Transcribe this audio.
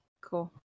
cool